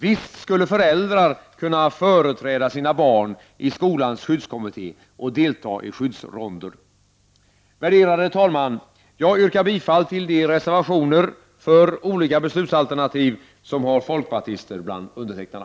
Visst skulle föräldrar kunna företräda sina barn i skolans skyddskommitté och delta i skyddsronder. Värderade talman! Jag yrkar bifall till de reservationer för olika beslutsalternativ som har folkpartister bland undertecknarna.